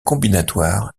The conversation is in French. combinatoire